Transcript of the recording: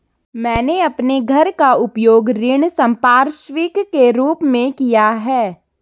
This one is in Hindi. मैंने अपने घर का उपयोग ऋण संपार्श्विक के रूप में किया है